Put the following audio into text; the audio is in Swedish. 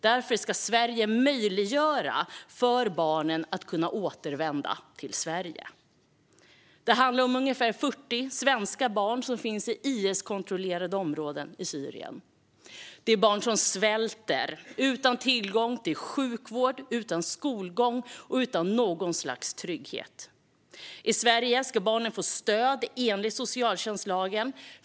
Därför ska Sverige möjliggöra för barnen att kunna återvända till Sverige. Det handlar om ungefär 40 svenska barn som finns i IS-kontrollerade områden i Syrien. Det är barn som svälter och är utan tillgång till sjukvård, skolgång och något slags trygghet. I Sverige ska barnen få stöd enligt socialtjänstlagen.